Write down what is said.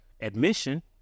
admission